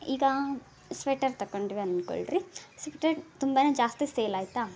ಈಗ ಸ್ವೆಟರ್ ತಕೊಂಡ್ವಿ ಅನ್ಕೊಳ್ಳಿರಿ ಸ್ವೆಟರ್ ತುಂಬಾ ಜಾಸ್ತಿ ಸೇಲ್ ಆಯಿತಾ